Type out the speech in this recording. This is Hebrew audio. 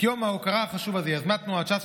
את יום ההוקרה החשוב הזה יזמה תנועת ש"ס,